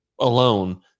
alone